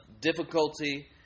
difficulty